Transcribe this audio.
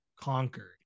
conquered